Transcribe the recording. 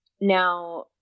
Now